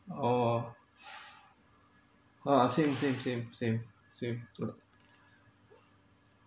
oh ha same same same same same